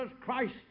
Christ